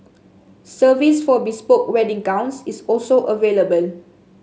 service for bespoke wedding gowns is also available